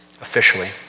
officially